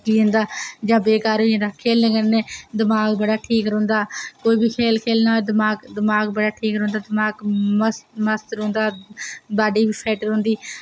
थक्की जंदा जां बेकार होई जंदा खेल्लने कन्नै दमाक बड़ा ठीक रौहंदा कोई बी खेल खेल्लना होऐ दमाक बड़ा ठीक रौहंदा दमाक मस्त रौहंदा बॉडी फिट रौहंदी